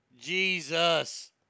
Jesus